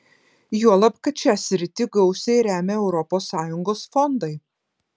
juolab kad šią sritį gausiai remia europos sąjungos fondai